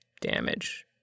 damage